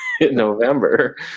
November